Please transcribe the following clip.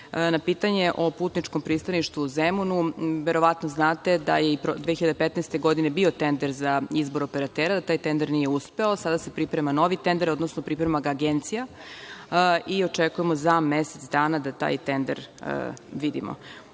pitanje o putničkom pristaništu u Zemunu, verovatno znate da 2015. godine bio tender za izbor operatera. Taj tender nije uspeo. Sada se priprema novi tender, odnosno priprema ga Agencija i očekujemo za mesec dana da taj tender vidimo. Ono